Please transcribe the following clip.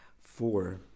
four